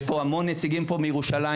יש פה המון נציגים מירושלים.